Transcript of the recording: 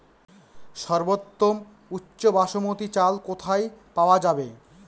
সর্বোওম উচ্চ বাসমতী চাল কোথায় পওয়া যাবে?